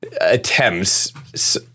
attempts